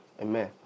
Amen